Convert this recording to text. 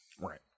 Right